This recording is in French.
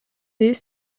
des